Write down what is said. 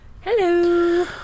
Hello